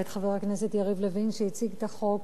ואת חבר הכנסת יריב לוין שהציג את החוק,